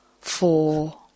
four